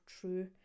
true